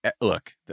look